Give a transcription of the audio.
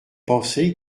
pensez